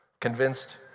convinced